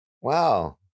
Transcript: wow